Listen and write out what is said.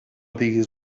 diguis